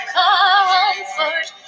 comfort